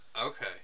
Okay